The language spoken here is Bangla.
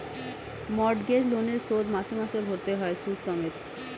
মর্টগেজ লোনের শোধ মাসে মাসে ভরতে হয় সুদ সমেত